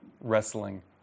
wrestling